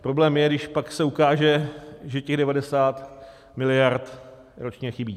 Problém je, když pak se ukáže, že těch 90 mld. ročně chybí.